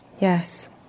Yes